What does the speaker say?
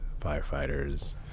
firefighters